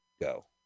go